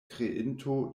kreinto